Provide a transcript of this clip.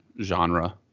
genre